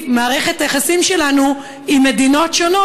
מערכת היחסים שלנו עם מדינות שונות,